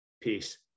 Peace